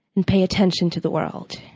and pay attention to the world.